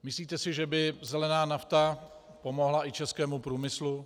Myslíte si, že by zelená nafta pomohla i českému průmyslu?